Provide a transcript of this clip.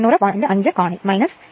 5 കോണിൽ 7